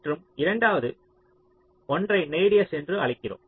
மற்றும் இரண்டாவது ஒன்றை ரேடியஸ் என்று அழைக்கிறோம்